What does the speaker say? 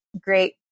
great